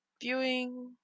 viewing